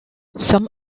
some